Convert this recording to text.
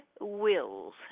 wills